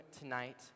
tonight